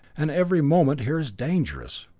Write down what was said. and every moment here is dangerous.